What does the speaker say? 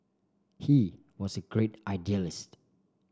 he was a great idealist